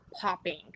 popping